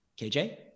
KJ